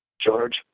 George